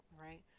right